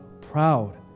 proud